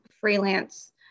freelance